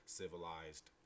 civilized